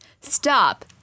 stop